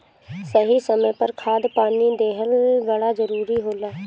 सही समय पर खाद पानी देहल बड़ा जरूरी होला